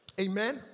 Amen